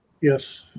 Yes